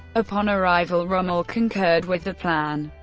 upon arrival, rommel concurred with the plan.